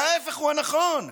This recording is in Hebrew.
וההפך הוא נכון,